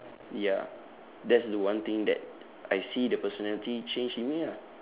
ya that's the one thing that I see the personality changed in me ah